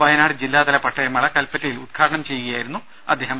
വയനാട് ജില്ലാതല പട്ടയമേള കല്പറ്റയിൽ ഉദ്ഘാടനം ചെയ്യുകയായിരുന്നു അദ്ദേഹം